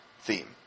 theme